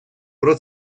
про